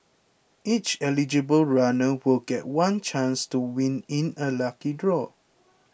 each eligible runner will get one chance to win in a lucky draw